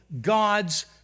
God's